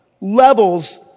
levels